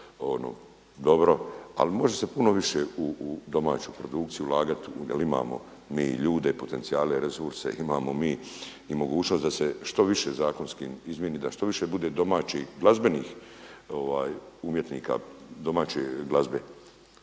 Ali može se puno više u domaću produkciju ulagati jel imamo ljude, potencijale i resurse imamo mi i mogućnost da se što više zakonski izmjeni, da što više bude domaćih glazbenih umjetnika domaće glazbe.